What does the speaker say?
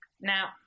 Now